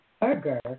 burger